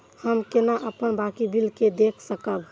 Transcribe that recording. हम केना अपन बाकी बिल के देख सकब?